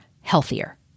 healthier